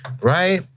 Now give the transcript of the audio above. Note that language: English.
right